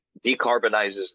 decarbonizes